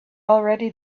already